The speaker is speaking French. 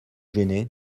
gêné